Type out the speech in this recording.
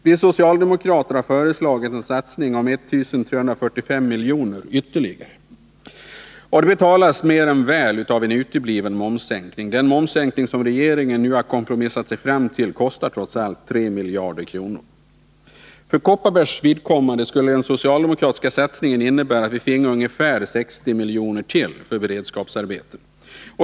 Vi socialdemokrater har föreslagit en satsning av 1 345 miljoner ytterligare på beredskapsarbeten. Det betalas mer än väl av en utebliven momssänkning. Den momssänkning som regeringen nu har kompromissat sig fram till kostar trots allt 3 miljarder kronor. För Kopparbergs vidkommande skulle den socialdemokratiska satsningen innebära att vi finge ytterligare ungefär 60 miljoner mer för beredskapsarbeten.